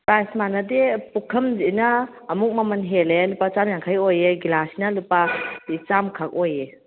price ꯃꯥꯟꯅꯗꯦ ꯄꯨꯈꯝꯁꯤꯅ ꯑꯃꯨꯛ ꯃꯃꯜ ꯍꯦꯜꯂꯦ ꯂꯨꯄꯥ ꯆꯥꯝꯃ ꯌꯥꯡꯈꯩ ꯑꯣꯏꯌꯦ ꯒꯤꯂꯥꯁꯁꯤꯅ ꯂꯨꯄꯥ ꯆꯥꯝꯃꯈꯛ ꯑꯣꯏꯌꯦ